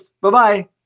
Bye-bye